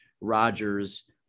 Rogers